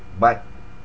but